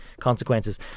consequences